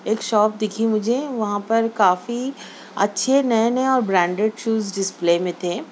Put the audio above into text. ایک شاپ دکھی مجھے وہاں پر کافی اچھے نئے نئے اور برینڈیڈ شوز ڈسپلے میں تھے